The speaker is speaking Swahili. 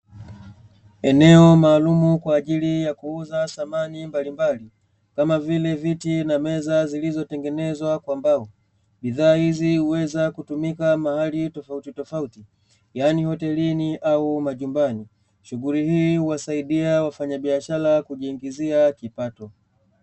Eneo maalumu kwa ajili ya kuuza samani mbalimbali, kama vile; viti na meza zilizotengenezwa kwa mbao, bidhaa hizi huweza kutumika mahali tofautitofauti yaani hotelini au majumbani. Shughuli hii huwasaidia wafanyabiashara kujiingizia kipato.